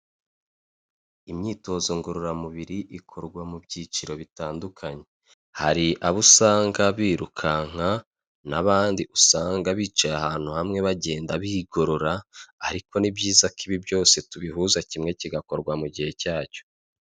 Imyitozo ngororamubiri ikorwa mu byiciro bitandukanye, hari abo usanga birukanka n'abandi usanga bicaye ahantu hamwe bagenda bigorora, ariko ni byiza ko ibi byose tubihuza kimwe kigakorwa mu gihe cyacyo.